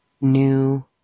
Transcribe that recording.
New